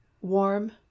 warm